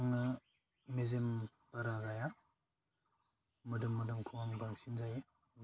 आंनो मेजेम बारा जाया मोदोम मोदोमखौ आं बांसिन जायो